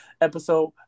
episode